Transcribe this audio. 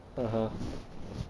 (uh huh)